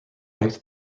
liked